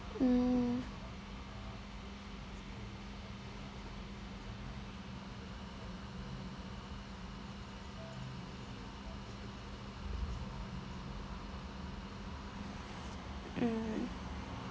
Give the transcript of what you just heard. mm mm